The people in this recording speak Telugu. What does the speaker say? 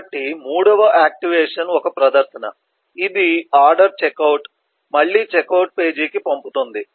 కాబట్టి మూడవ ఆక్టివేషన్ ఒక ప్రదర్శన ఇది ఆర్డర్ చెక్అవుట్ మళ్ళీ చెక్అవుట్ పేజీకి పంపుతుంది